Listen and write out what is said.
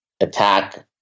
attack